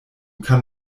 kann